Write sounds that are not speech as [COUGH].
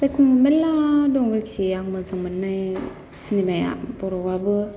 [UNINTELLIGIBLE] मेरला दं जायखिया आं मोजां मोननाया सिनिमाया बर'आबो